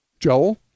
Joel